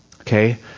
Okay